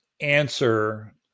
answer